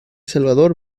salvador